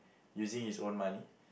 using his own money